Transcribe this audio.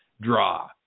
draw